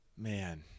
man